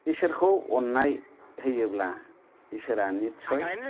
इसोरखौ अन्नाय होयोब्ला इसोरा निचय